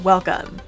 Welcome